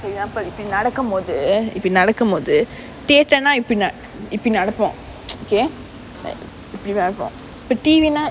for example இப்டி நடக்கும்போது இப்டி நடக்கும்போது:ipdi nadakkumpothu ipdi nadakkumpothu theatre னா இப்டி நடப்பும்:naa ipdi nadappum okay like இப்டி நடக்கும்:ipdi nadakkum but T_V னா:naa